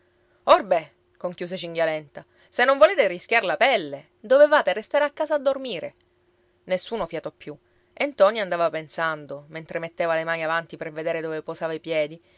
orbè conchiuse cinghialenta se non volete rischiar la pelle dovevate restare a casa a dormire nessuno fiatò più e ntoni andava pensando mentre metteva le mani avanti per vedere dove posava i piedi